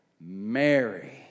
Mary